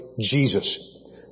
Jesus